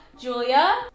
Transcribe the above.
julia